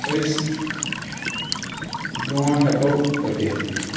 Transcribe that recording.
أسۍ برونٛٹھ ہٮ۪کو پٔکِتھ